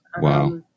Wow